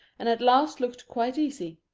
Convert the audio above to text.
and at last looked quite easy.